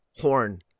Horn